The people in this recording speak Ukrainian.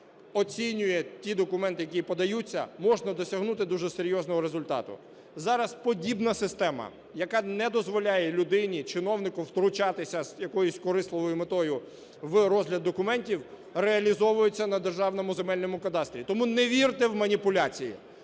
оцінює ті документи, які подаються, можна досягнути дуже серйозного результату. Зараз подібна система, яка не дозволяє людині, чиновнику, втручатися з якоюсь корисливою метою в розгляд документів, реалізовується на Державному земельному кадастрі. Тому не вірте в маніпуляції